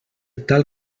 tal